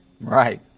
Right